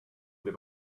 they